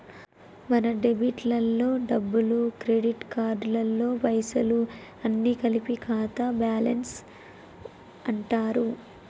మన డెబిట్ లలో డబ్బులు క్రెడిట్ కార్డులలో పైసలు అన్ని కలిపి ఖాతా బ్యాలెన్స్ అంటారు